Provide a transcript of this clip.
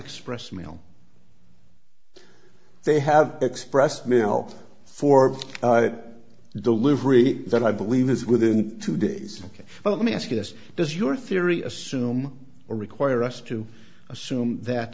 express mail they have expressed mail for delivery that i believe is within two days ok but let me ask you this does your theory assume or require us to assume that